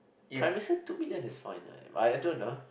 Prime Minister two million is fine right I I don't (no)